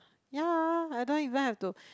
ya I don't even have to